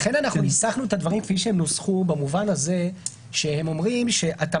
לכן אנחנו ניסחנו את הדברים כפי שהם נוסחו במובן הזה שהם אומרים שאתה